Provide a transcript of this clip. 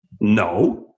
No